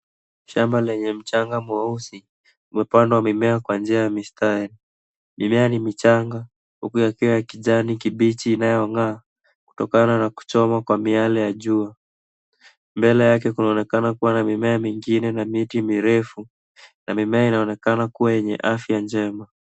Shamba lenye mchanga mweusi, imepandwa mimea Kwa njia ya mistari. Mimea ni michanga huku yakiwa ya kijani kibichi inayonga'aa kutokana na kuchomwa kwa miale ya jua. Mbele yake kunaonekana kuwa na mimea mingine na miti mirefu na mimea inaonekana kuwa yenye afya njema.